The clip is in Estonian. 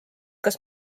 kas